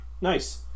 Nice